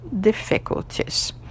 difficulties